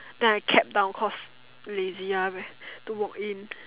then I cabbed down cause lazy ah to walk in